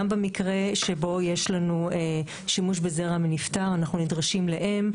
גם במקרה שבו יש לנו שימוש בזרע מנפטר אנחנו נזקקים לאם,